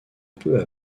peu